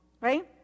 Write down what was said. right